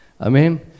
Amen